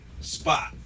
Spot